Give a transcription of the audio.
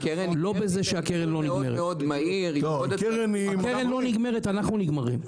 הקרן לא נגמרת אנחנו נגמרים.